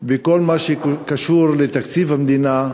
בכל מה שקשור לתקציב המדינה,